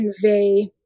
convey